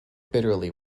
bitterly